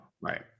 Right